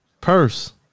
purse